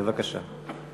בבקשה.